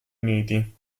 uniti